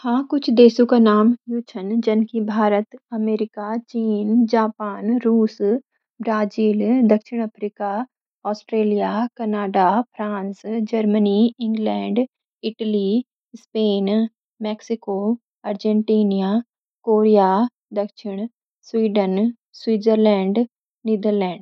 हाँ कुछ देशु का नाम यू छ जन कि: भारत अमेरिका चीन जापान रूस ब्राज़ील दक्षिण Africa Australia Canada France Germany England Italy Spain Mexico Argentina Korea (दक्षिण) स्वीडन स्विट्ज़रलैंड नीदरलैंड